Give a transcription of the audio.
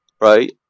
right